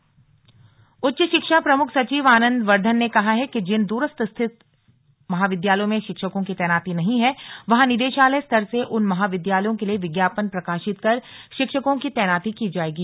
प्रमुख सचिव बैठक उच्च शिक्षा प्रमुख सचिव आनन्द बर्द्धन ने कहा है कि जिन दूरस्थ स्थित महाविद्यालयों में शिक्षकों की तैनाती नहीं है वहां निदेशालय स्तर से उन महाविद्यालयों के लिए विज्ञापन प्रकाशित कर शिक्षकों की तैनाती की जाएगी